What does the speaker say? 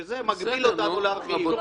שזה מגביל אותנו להרחיב,